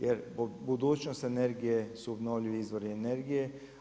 Jer budućnost energije su obnovljivi izvori energije.